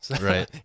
Right